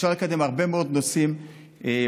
אפשר לקדם הרבה מאוד נושאים מהאופוזיציה.